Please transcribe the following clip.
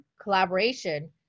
collaboration